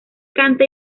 canta